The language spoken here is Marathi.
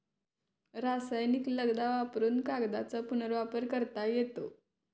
रासायनिक लगदा वापरुन कागदाचा पुनर्वापर करता येतो